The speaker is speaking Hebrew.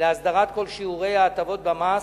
להסדרת כל שיעורי ההטבות במס,